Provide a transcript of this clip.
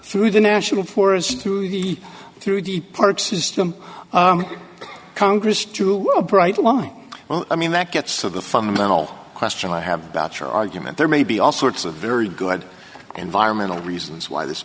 through the national forest through the through the park system congress to a bright line well i mean that gets to the fundamental question i have about your argument there may be all sorts of very good environmental reasons why this